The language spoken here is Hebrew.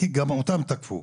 כי גם אותם תקפו.